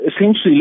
essentially